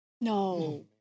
No